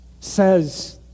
says